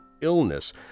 Illness